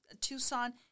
Tucson